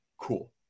cool